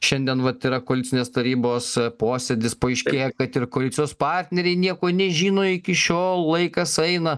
šiandien vat yra koalicinės tarybos posėdis paaiškėja kad ir koalicijos partneriai nieko nežino iki šiol laikas eina